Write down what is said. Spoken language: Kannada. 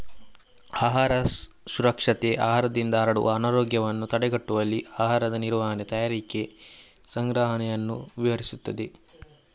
ಆಹಾರ ಸುರಕ್ಷತೆ ಆಹಾರದಿಂದ ಹರಡುವ ಅನಾರೋಗ್ಯವನ್ನು ತಡೆಗಟ್ಟುವಲ್ಲಿ ಆಹಾರದ ನಿರ್ವಹಣೆ, ತಯಾರಿಕೆ, ಸಂಗ್ರಹಣೆಯನ್ನು ವಿವರಿಸುತ್ತದೆ